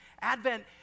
Advent